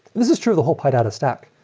this is true the whole py data stack,